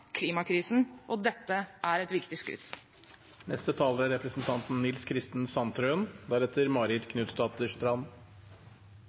klimakrisen – og dette er et viktig skritt. Norge er